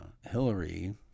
Hillary